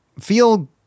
feel